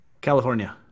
California